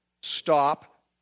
stop